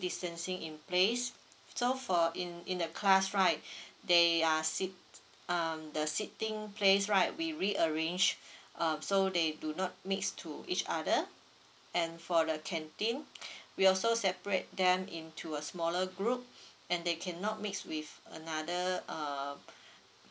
distancing in place so for in in the class right they are sit um the seating place right we rearrange um so they do not mix to each other and for the canteen we also separate them into a smaller group and they cannot mix with another uh